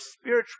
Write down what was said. spiritual